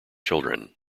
children